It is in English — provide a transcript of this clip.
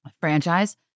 franchise